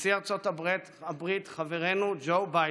נשיא ארצות הברית חברנו ג'ו ביידן.